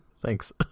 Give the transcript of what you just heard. Thanks